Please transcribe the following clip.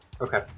Okay